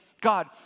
God